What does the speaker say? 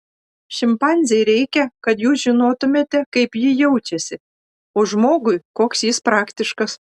šimpanzei reikia kad jūs žinotumėte kaip ji jaučiasi o žmogui koks jis praktiškas